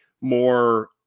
more